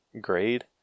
grade